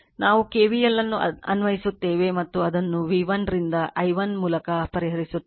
ನಾವು KVL ಅನ್ನು ಅನ್ವಯಿಸುತ್ತೇವೆ ಮತ್ತು ಅದನ್ನು v1 ರಿಂದ i 1 ಮೂಲಕ ಪರಿಹರಿಸುತ್ತೇವೆ